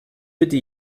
bitte